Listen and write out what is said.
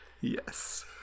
Yes